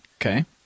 Okay